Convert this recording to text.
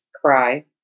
cry